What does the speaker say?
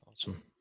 Awesome